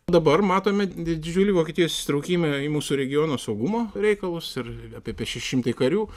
dabar matome didžiulį vokietijos įsitraukimą į mūsų regiono saugumo reikalus ir apie šeši šimtai karių